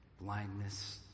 blindness